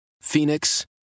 Phoenix